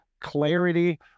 clarity